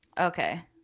Okay